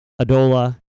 Adola